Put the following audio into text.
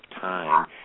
time